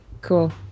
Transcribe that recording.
Cool